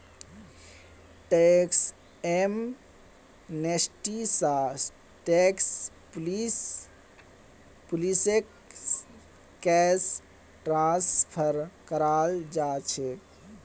tax amnesty स tax पुलिसक case transfer कराल जा छेक